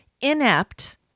inept